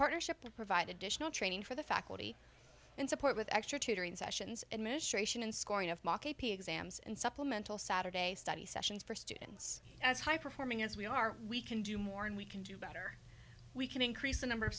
partnership to provide additional training for the faculty and support with extra tutoring sessions administration and scoring of exams and supplemental saturday study sessions for students as high performing as we are we can do more and we can do better we can increase the number of